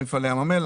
מפעלי ים המלח.